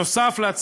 נוסף על כך,